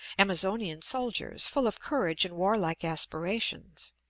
amazonian soldiers, full of courage and warlike aspirations.